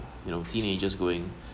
you know teenagers going